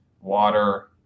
water